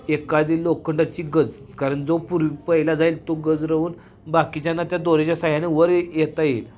एखादी लोखंडाची गज कारण जो पूर्वी पहिला जाईल तो गज रोवून बाकीच्यांना त्या दोरेच्या साह्याने वर येता येईल